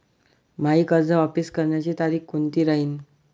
मायी कर्ज वापस करण्याची तारखी कोनती राहीन?